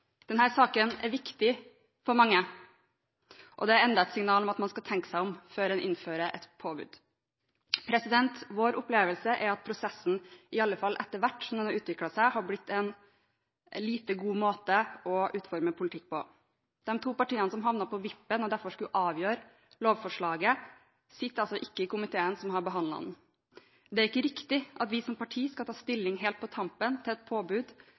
den har utviklet seg – har blitt en lite god måte å utforme politikk på. De to partiene som havnet på vippen og derfor skulle avgjøre lovforslaget, sitter ikke i den komiteen som har behandlet det. Det er ikke riktig at vi som parti skal ta stilling – helt på tampen – til et påbud